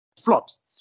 flops